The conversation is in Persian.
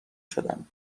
شدم